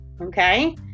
okay